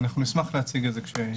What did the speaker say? אנחנו נשמח להציג את זה כשתגיע העת.